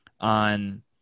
on